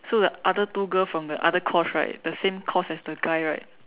so the other two girls from the other course right the same course as the guy right